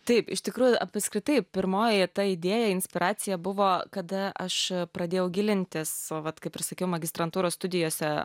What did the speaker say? taip iš tikrųjų apskritai pirmoji ta idėja inspiracija buvo kada aš pradėjau gilintis vat kaip ir sakiau magistrantūros studijose